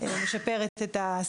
מחקרים מוכיחים שיציאה לתוכנית שיקום